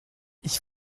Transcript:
ich